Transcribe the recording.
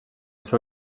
seu